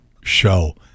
show